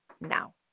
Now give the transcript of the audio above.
now